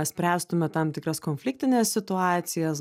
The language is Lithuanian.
spręstume tam tikras konfliktines situacijas